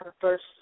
first